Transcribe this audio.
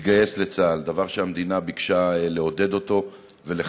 להתגייס לצה"ל, דבר שהמדינה ביקשה לעודד ולחזק,